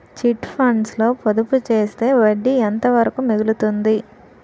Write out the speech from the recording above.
Chit funds లో పొదుపు చేస్తే వడ్డీ ఎంత వరకు మిగులుతుంది?